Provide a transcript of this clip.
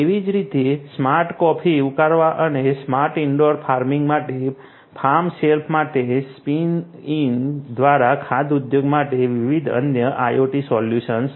તેવી જ રીતે સ્માર્ટ કોફી ઉકાળવા અને સ્માર્ટ ઇન્ડોર ફાર્મિંગ માટે ફાર્મ શેલ્ફ માટે Spinn Inc દ્વારા ખાદ્ય ઉદ્યોગ માટે વિવિધ અન્ય IoT સોલ્યુશન્સ છે